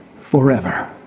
forever